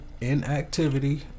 inactivity